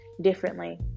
differently